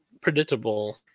predictable